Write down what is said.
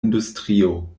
industrio